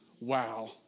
Wow